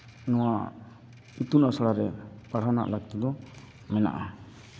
ᱱᱚᱣᱟ ᱤᱛᱩᱱ ᱟᱥᱲᱟ ᱨᱮ ᱯᱟᱲᱦᱟᱣ ᱨᱮᱱᱟᱜ ᱞᱟᱹᱠᱛᱤ ᱫᱚ ᱢᱮᱱᱟᱜᱼᱟ